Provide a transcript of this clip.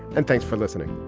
and thanks for listening